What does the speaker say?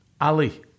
Ali